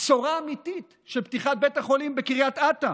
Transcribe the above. בשורה אמיתית של פתיחת בית החולים בקרית אתא.